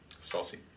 Saucy